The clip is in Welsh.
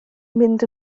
mynd